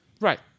Right